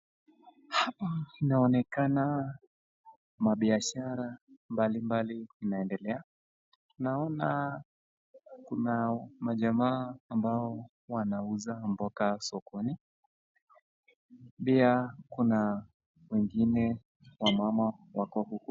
Hapa inaonekana mabiashara mbalimbali inaendelea. Naona kuna majamaa ambao wanauza mboga sokoni. Pia kuna wengine, wamama wako huku.